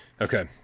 Okay